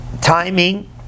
timing